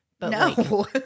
No